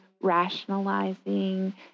rationalizing